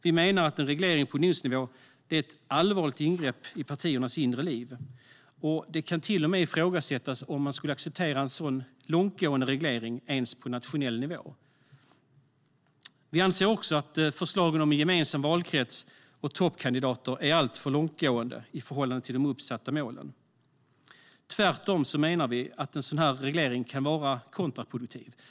Vi menar att en reglering på unionsnivå är ett allvarligt ingrepp i partiernas inre liv, och det kan till och med ifrågasättas om man skulle acceptera en sådan långtgående reglering ens på nationell nivå. Vi anser också att förslagen om en gemensam valkrets och toppkandidater är alltför långtgående i förhållande till de uppsatta målen. Tvärtom menar vi att en sådan reglering kan vara kontraproduktiv.